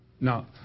Now